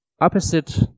opposite